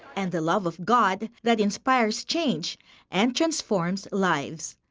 and the love of god that inspires change and transforms lives.